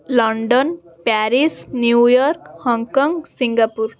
London Paris New York Hong Kong Singapore